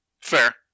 Fair